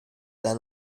dann